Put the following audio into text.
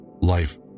Life